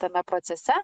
tame procese